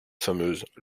fameuse